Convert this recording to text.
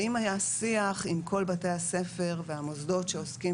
אם היה שיח עם כל בתי הספר והמוסדות שעוסקים